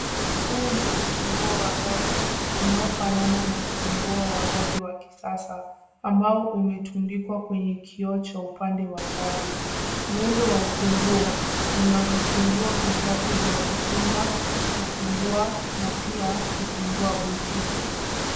Huu ni ufunguo wa gari unaofanana na ufunguo wa gari wa kisasa ambao umetundikwa kwenye kioo cha upande wa gari. Muundo wa ufunguo una vifunguo vitatu vya kufunga, kufungua na pia kufungua buti.